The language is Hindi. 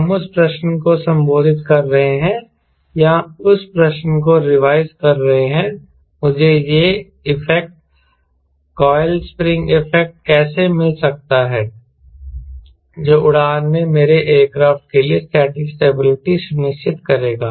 हम उस प्रश्न को संबोधित कर रहे हैं या उस प्रश्न को रिवाइज कर रहे हैं मुझे यह इफेक्ट कॉइल स्प्रिंग इफेक्ट कैसे मिल सकता है जो उड़ान में मेरे एयरक्राफ्ट के लिए स्टैटिक स्टेबिलिटी सुनिश्चित करेगा